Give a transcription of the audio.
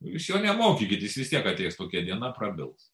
jūs jo nemokykit jis vis tiek ateis tokia diena prabils